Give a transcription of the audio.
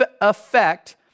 effect